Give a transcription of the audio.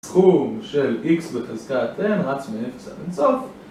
סכום של x בחזקה n רץ מ0 עד אינסוף